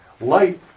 Light